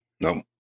no